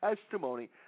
testimony